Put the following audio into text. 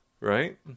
Right